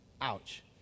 Ouch